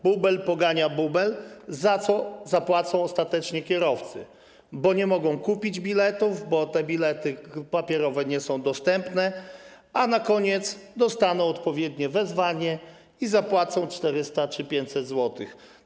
Bubel pogania bubel, za co zapłacą ostatecznie kierowcy, bo nie mogą kupić biletów, bo bilety papierowe nie są dostępne, a na koniec dostaną odpowiednie wezwanie i zapłacą 400 czy 500 zł.